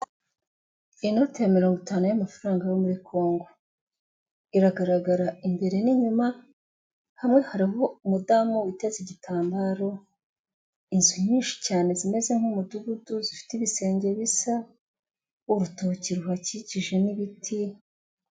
Inote ya mirongo itanu y'amafaranga yo muri Kongo, iragaragara imbere n'inyuma, hamwe hariho umudamu witeze igitambaro, inzu nyinshi cyane zimeze nk'umudugudu zifite ibisenge bisa, urutoki ruhakikije n'ibiti...